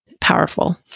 powerful